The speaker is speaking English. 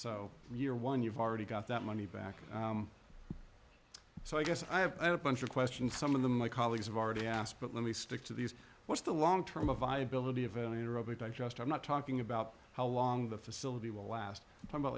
so you're one you've already got that money back so i guess i have a bunch of questions some of the my colleagues have already asked but let me stick to these what's the long term of viability of owner of it i just i'm not talking about how long the facility will last time but